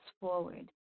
forward